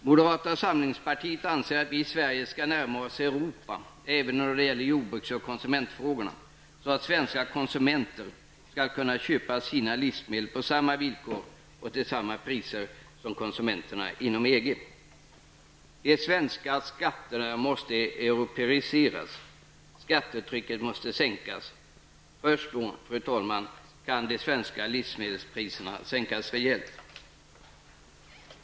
Moderata samlingspartiet anser att vi i Sverige skall närma oss Europa även när det gäller jordbruksoch konsumentfrågorna så att svenska konsumenter skall kunna köpa sina livsmedel på samma villkor och till samma priser som konsumenterna inom EG. De svenska skatterna måste europeiseras. Skattetrycket måste sänkas. Först då kan de svenska livsmedelspriserna sänkas rejält.